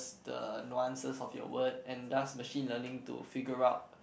the no answers of your word and does machine learning to figure out